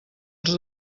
els